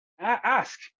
ask